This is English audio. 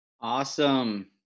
Awesome